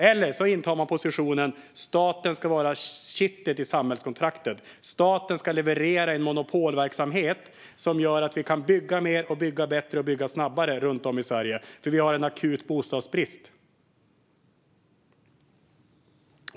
Eller så intar man positionen att staten ska vara kittet i samhällskontraktet och leverera i monopolverksamhet, så att vi kan bygga mer, bättre och snabbare runt om i Sverige, för vi har en akut bostadsbrist.